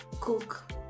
cook